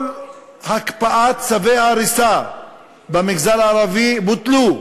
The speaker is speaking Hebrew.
כל הקפאת צווי ההריסה במגזר הערבי בוטלה,